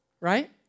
right